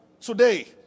Today